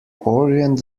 orient